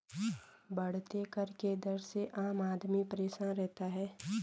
बढ़ते कर के दर से आम आदमी परेशान रहता है